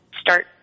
start